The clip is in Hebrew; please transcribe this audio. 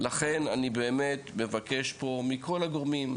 לכן אני באמת מבקש פה מכל הגורמים.